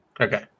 Okay